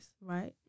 right